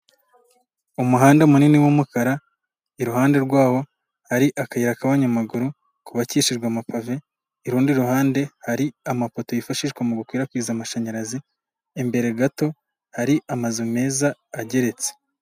Umuhanda munini w'umukara iruhande rwawo hari akayira k'abanyamaguru kubakishijwe amapaje, urundi ruhande hari amapoto yifashishwa mu gukwirakwiza amashanyarazi, imbere gato hari amazu meza ageretse.